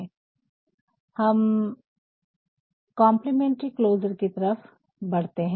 इसके बाद हम प्रशस्ति समाप्ति या कम्प्लीमेंटरी क्लोज़र की तरफ बढ़ते है